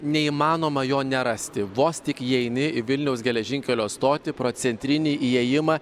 neįmanoma jo nerasti vos tik įeini į vilniaus geležinkelio stotį pro centrinį įėjimą